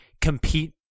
compete